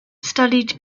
studied